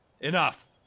Enough